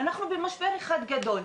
אנחנו במשבר אחד גדול,